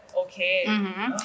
Okay